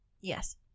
Yes